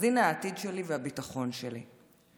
אז הינה העתיד שלי והביטחון שלי.